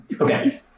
Okay